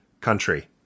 country